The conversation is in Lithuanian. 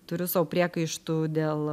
turiu sau priekaištų dėl